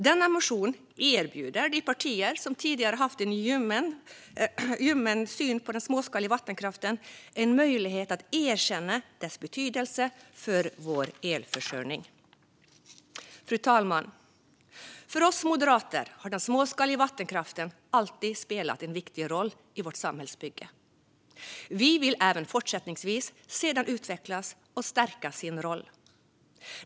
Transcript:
Denna motion erbjuder de partier som tidigare haft en ljummen syn på den småskaliga vattenkraften en möjlighet att erkänna dess betydelse för vår elförsörjning. Fru talman! För oss moderater har den småskaliga vattenkraften alltid spelat en viktig roll i vårt samhällsbygge. Vi vill även fortsättningsvis se den utvecklas och stärka sin roll.